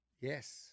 Yes